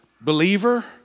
believer